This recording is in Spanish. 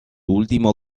último